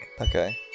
Okay